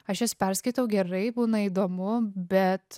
aš jas perskaitau gerai būna įdomu bet